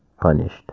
punished